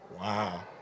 wow